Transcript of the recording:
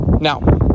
Now